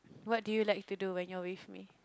what do you like to do when you're with me